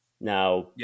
Now